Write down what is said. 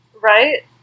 Right